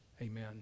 Amen